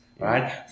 Right